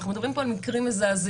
אנחנו מדברים פה על מקרים מזעזעים.